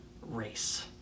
race